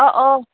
অঁ অঁ